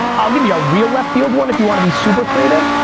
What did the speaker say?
i'll give you a real left field one if you wanna be super creative.